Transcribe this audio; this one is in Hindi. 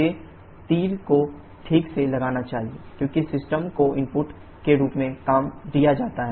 मुझे तीर को ठीक से लगाना चाहिए क्योंकि सिस्टम को इनपुट के रूप में काम दिया जाता है